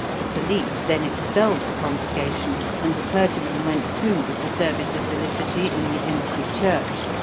the police then expelled the congregation, and the clergyman went through with the service of the liturgy in the empty church,